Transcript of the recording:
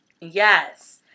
Yes